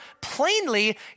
plainly